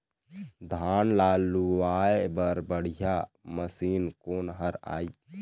धान ला लुआय बर बढ़िया मशीन कोन हर आइ?